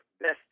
best